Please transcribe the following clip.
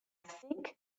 think